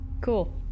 Cool